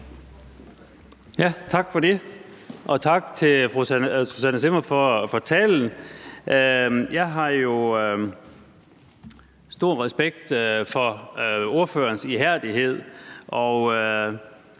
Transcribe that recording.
Tak for det. Og tak til fru Susanne Zimmer for talen. Jeg har jo stor respekt for ordførerens ihærdighed,